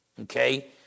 okay